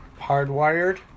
hardwired